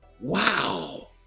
Wow